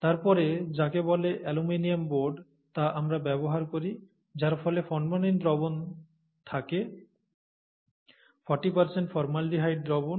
তারপরে যাকে বলে অ্যালুমিনিয়াম বোর্ড তা আমরা ব্যবহার করি যার মধ্যে ফরমালিন দ্রবণ থাকে 40 ফর্মালডিহাইড দ্রবণ